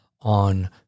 on